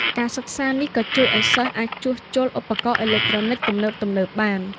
ការសិក្សានេះក៏ជួយឱ្យសិស្សអាចជួសជុលឧបករណ៍អេឡិចត្រូនិចទំនើបៗបាន។